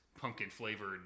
pumpkin-flavored